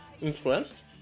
influenced